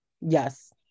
yes